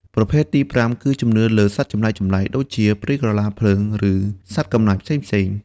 ប្រភេទទីប្រាំគឺជំនឿលើសត្វចម្លែកៗដូចជាព្រាយក្រឡាភ្លើង ឬសត្វកំណាចផ្សេងៗ។